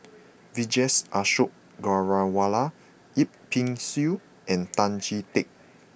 Vijesh Ashok Ghariwala Yip Pin Xiu and Tan Chee Teck